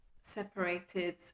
separated